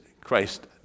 Christ